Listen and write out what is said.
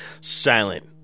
silent